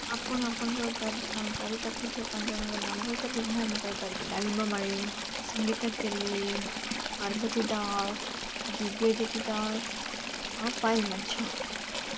ଆପଣ ଆପଣଙ୍କର ଚାରିକୋଣ ଚାରି ପାଖରେ ଥିବା ପାଞ୍ଚଜଣଙ୍କ ନାମ କହିପାରିବେ ହଁ ମୁଁ କହିପାରିବି ଡାଲିମ୍ବ ମାଳି ସଙ୍ଗୀତା ତେଲି ପାର୍ବତୀ ଦାସ ଦିବ୍ୟଜ୍ୟୋତି ଦାସ ପାଏଲ ମାଛ